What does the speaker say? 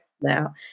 now